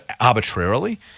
arbitrarily